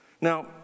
now